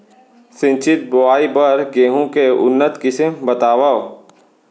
सिंचित बोआई बर गेहूँ के उन्नत किसिम बतावव?